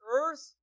earth